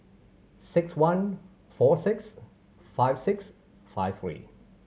six one four six five six five three